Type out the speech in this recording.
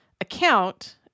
account